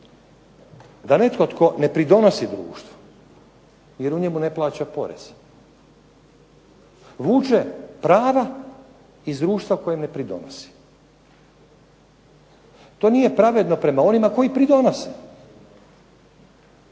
da netko tko ne pridonosi društvu, jer u njemu ne plaća porez, vuče prava iz društva kojem ne pridonosi. To nije pravedno prema onima koji pridonose.